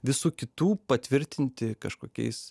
visų kitų patvirtinti kažkokiais